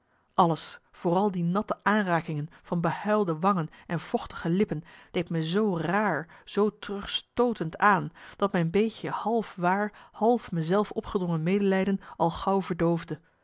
alles vooral die natte aanrakingen van behuilde wangen en vochtige lippen deed me zoo raar zoo terugstootend aan dat mijn beetje half waar half me zelf opgedrongen medelijden al